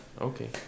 Okay